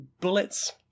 bullets